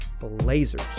Blazers